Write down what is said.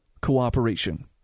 cooperation